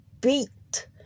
beat